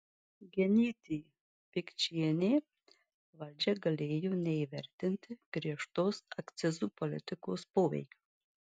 genytė pikčienė valdžia galėjo neįvertinti griežtos akcizų politikos poveikio